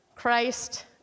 Christ